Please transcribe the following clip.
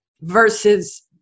versus